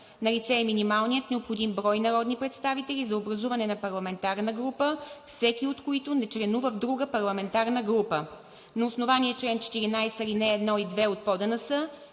Налице е минималният необходим брой народни представители за образуване на парламентарна група, всеки от които не членува в друга парламентарна група. На основание чл. 14, ал. 2 и 3 от Правилника